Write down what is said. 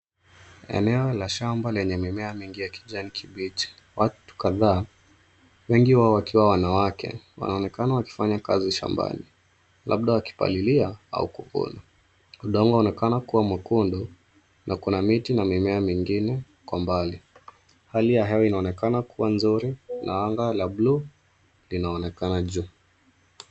Eneo la shamba lenye mimea ya kijani kibichi. Watu kadhaa, wengi wao wakiwa wanawake wanaonekana wakifanya kazi shambani labda wakipalilia au kuvuna. Udongo unaonekana kuwa mwekundu na kuna miti na mimea mingine kwa mbali. Hali ya hewa inaonekana kuwa nzuri na anga la blue linaonekana juu.